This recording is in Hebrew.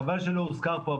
חבל שלא הוזכר פה,